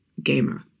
gamer